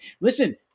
listen –